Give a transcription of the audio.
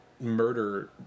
murder